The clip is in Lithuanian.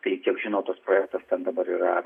tai kiek žinau tas projektas dabar yra